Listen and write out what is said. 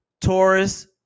Taurus